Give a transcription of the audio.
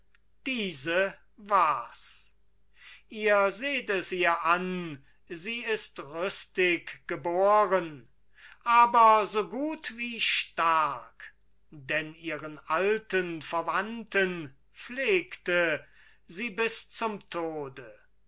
diese war's ihr seht es ihr an sie ist rüstig geboren aber so gut wie stark denn ihren alten verwandten pflegte sie bis zum tode